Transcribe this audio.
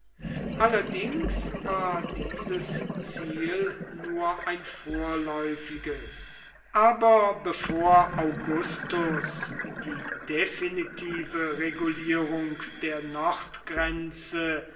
allerdings war dieses ziel nur ein vorläufiges aber bevor augustus die definitive regulierung der